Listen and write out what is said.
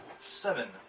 Seven